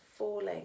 Falling